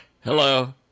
Hello